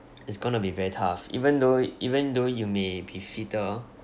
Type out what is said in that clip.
it's going to be very tough even though even though you may be fitter